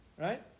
Right